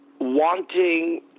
wanting